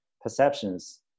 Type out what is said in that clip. perceptions